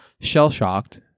shell-shocked